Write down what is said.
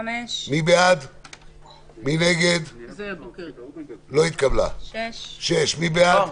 רוויזיה על הסתייגות מס' 3. מי בעד?